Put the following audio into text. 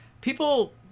People